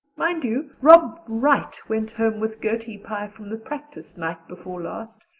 mind you, rob wright went home with gertie pye from the practice night before last.